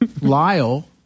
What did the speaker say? Lyle